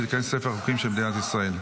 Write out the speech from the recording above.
ותיכנס לספר החוקים של מדינת ישראל.